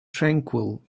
tranquil